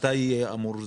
מתי זה אמור לעלות?